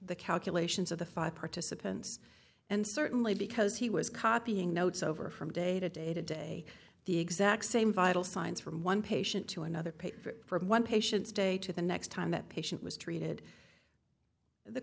the calculations of the five participants and certainly because he was copying notes over from day to day to day the exact same vital signs from one patient to another paid for one patient's day to the next time that patient was treated the